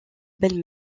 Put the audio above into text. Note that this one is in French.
belle